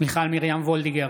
מיכל מרים וולדיגר,